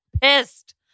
Pissed